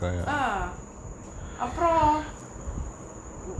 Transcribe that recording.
ah அப்புறம்:appuram